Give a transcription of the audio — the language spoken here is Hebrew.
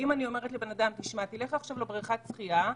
אם אני אומרת לאדם שהוא צריך לעשות פעילות בינתיים בבריכת שחייה,